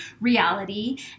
reality